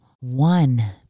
one